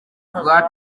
rwa